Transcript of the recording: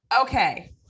okay